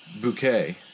bouquet